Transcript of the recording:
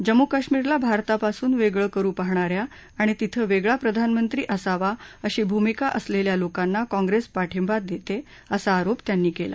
जम्मू कश्मीरला भारतापासून वेगळ करू पाहणा या आणि तिथं वेगळा प्रधानमंत्री असावा अशी भूमिका असलेल्या लोकांना काँप्रेस पाठिंबा देते असा आरोप त्यांनी केला